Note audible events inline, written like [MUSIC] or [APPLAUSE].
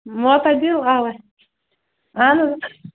[UNINTELLIGIBLE] دِیِو اَوَے اہن حظ